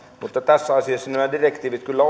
mutta tässä asiassa nämä direktiivit kyllä